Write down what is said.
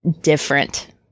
different